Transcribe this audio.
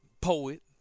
poet